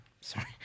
Sorry